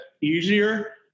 easier